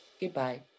goodbye